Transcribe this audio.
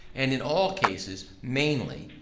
and in all cases mainly,